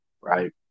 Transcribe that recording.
right